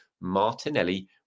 Martinelli